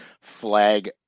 flag